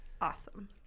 Awesome